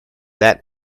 that